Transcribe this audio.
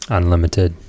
Unlimited